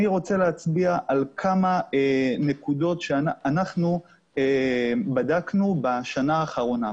אני רוצה להצביע על כמה נקודות שאנחנו בדקנו בשנה האחרונה.